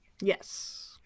Yes